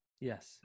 Yes